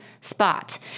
spot